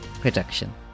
production